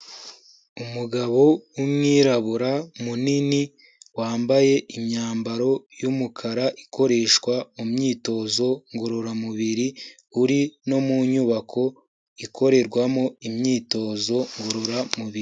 Umugabo w'umwirabura munini wambaye imyambaro y'umukara, ikoreshwa mu myitozo ngororamubiri uri no mu nyubako ikorerwamo imyitozo ngororamubiri.